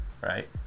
Right